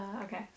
Okay